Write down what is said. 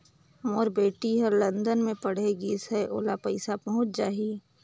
मोर बेटी हर लंदन मे पढ़े गिस हय, ओला पइसा पहुंच जाहि?